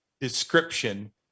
description